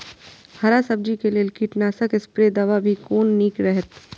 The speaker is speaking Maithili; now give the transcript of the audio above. हरा सब्जी के लेल कीट नाशक स्प्रै दवा भी कोन नीक रहैत?